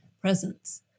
presence